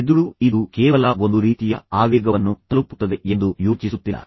ಮೆದುಳು ಇದು ಕೇವಲ ಒಂದು ರೀತಿಯ ಆವೇಗವನ್ನು ತಲುಪುತ್ತದೆ ಎಂದು ಯೋಚಿಸುತ್ತಿಲ್ಲ